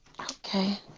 okay